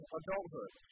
adulthood